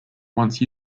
once